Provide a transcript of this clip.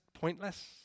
pointless